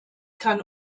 kann